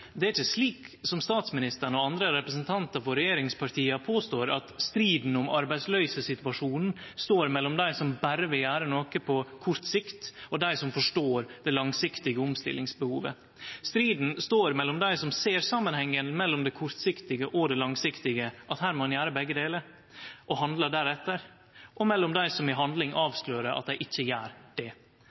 det er ikkje slik som statsministeren og andre representantar for regjeringspartia påstår, at striden om arbeidsløysesituasjonen står mellom dei som berre vil gjere noko på kort sikt, og dei som forstår det langsiktige omstillingsbehovet. Striden står mellom dei som ser samanhengen mellom det kortsiktige og det langsiktige – at her må ein gjere begge delar og handle deretter – og mellom dei som i handling avslører at dei ikkje gjer det.